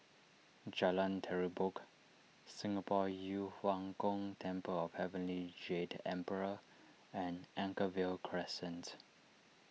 Jalan Terubok Singapore Yu Huang Gong Temple of Heavenly Jade Emperor and Anchorvale Crescent